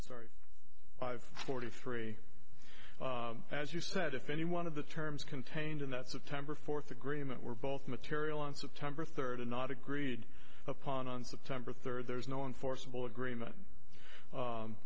sorry i've forty three as you said if any one of the terms contained in that september fourth agreement were both material on september third and not agreed upon on september third there's no enforceable agreement